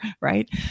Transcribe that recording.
right